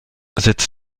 sitz